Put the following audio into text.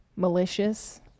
malicious